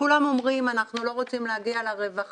כולם אומרים: אנחנו לא רוצים להגיע לרווחה,